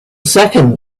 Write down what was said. second